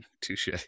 Touche